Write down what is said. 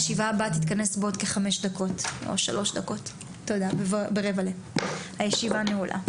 הישיבה ננעלה בשעה 10:45.